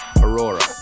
Aurora